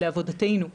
לעבודתנו,